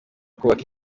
kubaka